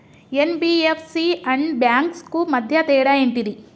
NBFC and banks కు మధ్య తేడా ఏంటిది?